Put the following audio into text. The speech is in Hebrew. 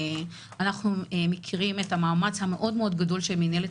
אנחנו מכירים את המאמץ המאוד מאוד גדול שמינהלת